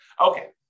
Okay